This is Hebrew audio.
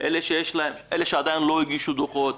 אלה שעדיין לא הגישו דוחות.